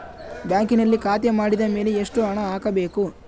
ಬ್ಯಾಂಕಿನಲ್ಲಿ ಖಾತೆ ಮಾಡಿದ ಮೇಲೆ ಎಷ್ಟು ಹಣ ಹಾಕಬೇಕು?